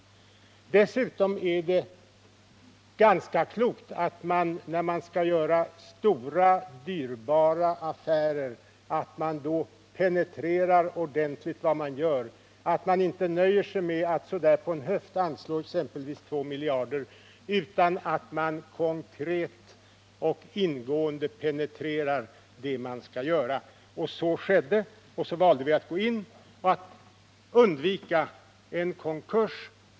När man är i färd med att göra stora och dyrbara affärer är det dessutom ganska klokt att ordentligt penetrera vad man gör, inte nöja sig med att på en höft anslå två miljarder kronor. Efter att alltså konkret och ingående ha penetrerat vad som kunde göras, så valde vi att gå in och hjälpa företagen.